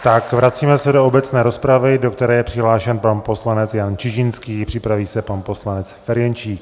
Tak vracíme se do obecné rozpravy, do které je přihlášen pan poslanec Jan Čižinský, připraví se pan poslanec Ferjenčík.